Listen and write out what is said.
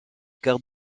quarts